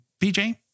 PJ